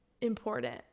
important